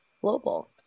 global